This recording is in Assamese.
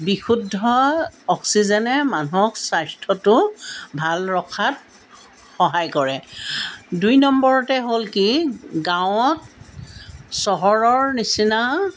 বিশুদ্ধ অক্সিজেনে মানুহক স্বাস্থ্যটো ভাল ৰখাত সহায় কৰে দুই নম্বৰতে হ'ল কি গাঁৱত চহৰৰ নিচিনা